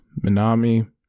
Minami